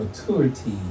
Maturity